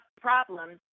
problems